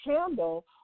handle